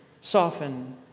soften